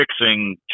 fixing